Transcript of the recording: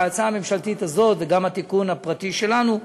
ההצעה הממשלתית הזאת, וגם התיקון הפרטי שלנו,